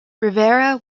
rivera